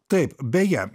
taip beje